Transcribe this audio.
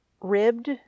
ribbed